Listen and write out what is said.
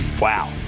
Wow